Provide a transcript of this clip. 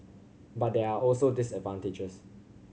but there are also disadvantages